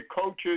coaches